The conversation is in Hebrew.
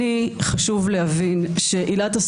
אני מבינה שאני כנראה לא